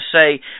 say